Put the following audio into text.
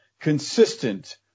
consistent